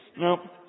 No